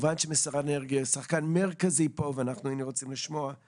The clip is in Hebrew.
משרד האנרגיה הוא שחקן מרכזי פה ואנחנו היינו רוצים לשמוע אותך,